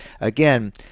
again